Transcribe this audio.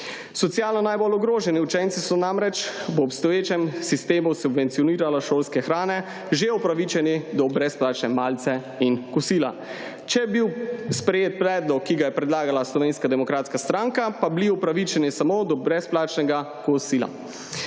Socialno najbolj ogroženi učenci so namreč po obstoječem sistemu subvencioniranja šolske prehrane že upravičeni do brezplačne malice in kosila. Če bi bil sprejet predlog, ki ga je predlagana Slovenska demokratska stranka pa bili upravičeni samo do brezplačnega kosila.